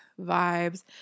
vibes